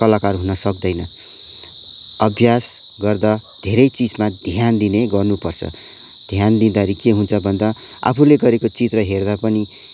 कलाकार हुन सक्दैन अभ्यास गर्दा धेरै चिजमा ध्यान दिने गर्नुपर्छ ध्यान दिँदाखेरि के हुन्छ भन्दा आफूले गरेको चित्र हेर्दा पनि